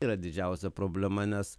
yra didžiausia problema nes